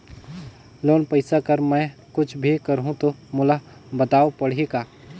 Loan पइसा कर मै कुछ भी करहु तो मोला बताव पड़ही का?